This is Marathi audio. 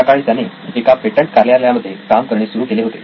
त्याकाळी त्याने एका पेटंट कार्यालयामध्ये काम करणे सुरू केले होते